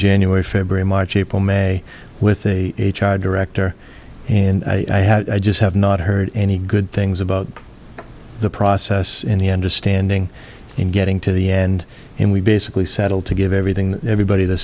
january february march april may with a h r director and i just have not heard any good things about the process in the understanding and getting to the end and we basically settled to give everything everybody the